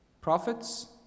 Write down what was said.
prophets